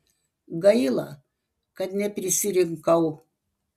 gaila kad neprisirinkau